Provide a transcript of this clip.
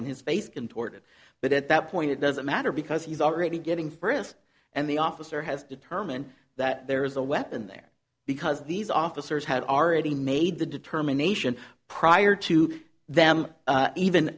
and his face contorted but at that point it doesn't matter because he's already getting frist and the officer has determined that there is a weapon there because these officers had already made the determination prior to them even